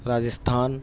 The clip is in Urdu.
راجستھان